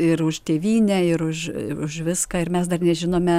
ir už tėvynę ir už už viską ir mes dar nežinome